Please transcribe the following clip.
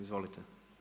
Izvolite.